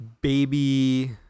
baby